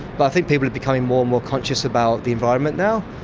but i think people are becoming more and more conscious about the environment now.